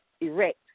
erect